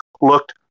looked